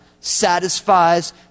satisfies